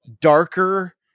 darker